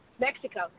Mexico